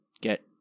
get